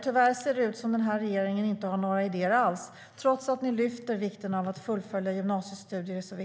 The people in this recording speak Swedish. Tyvärr ser det ut som att den här regeringen inte har några idéer alls, trots att ni lyfter fram vikten av fullföljda gymnasiestudier.